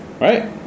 Right